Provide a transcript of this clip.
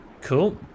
Cool